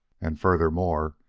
and, furthermore,